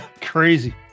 Crazy